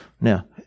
Now